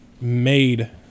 made